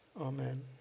Amen